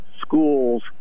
schools